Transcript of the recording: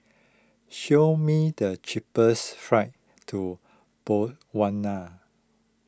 show me the cheapest flights to Botswana